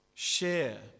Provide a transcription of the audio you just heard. share